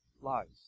lies